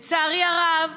לצערי הרב,